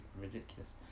ridiculous